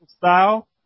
style